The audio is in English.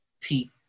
Pete